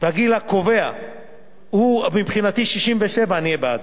והגיל הקובע הוא, מבחינתי, 67, אני אהיה בעד,